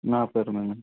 నా పేరు మీద